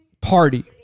party